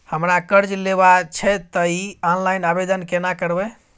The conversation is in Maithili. हमरा कर्ज लेबा छै त इ ऑनलाइन आवेदन केना करबै?